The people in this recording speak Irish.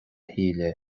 shíle